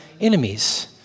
enemies